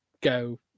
go